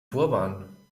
turban